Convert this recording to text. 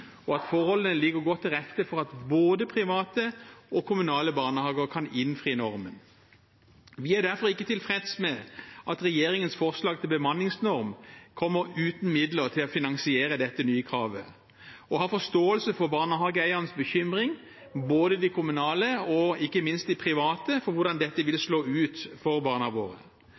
og at forholdene ligger godt til rette for at både private og kommunale barnehager kan innfri normen. Vi er derfor ikke tilfreds med at regjeringens forslag til bemanningsnorm kommer uten midler til å finansiere dette nye kravet, og har forståelse for barnehageeiernes bekymring, både de kommunale og – ikke de minst – de private, for hvordan dette vil slå ut for barna våre.